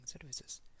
services